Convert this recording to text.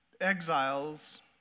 exiles